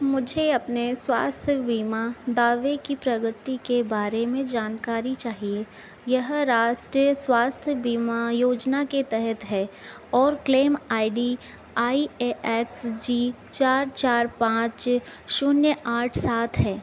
मुझे अपने स्वास्थ्य बीमा दावे की प्रगति के बारे में जानकारी चाहिए यह राष्ट्रीय स्वास्थ्य बीमा योजना के तहत है और claim I D I A X G चार चार पाँच शून्य आठ सात है